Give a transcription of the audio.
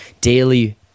daily